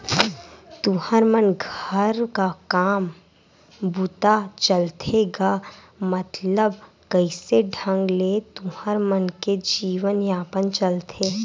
तुँहर मन घर का काम बूता चलथे गा मतलब कइसे ढंग ले तुँहर मन के जीवन यापन चलथे?